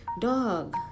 Dog